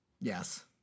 Yes